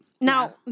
now